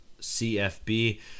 CFB